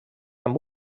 amb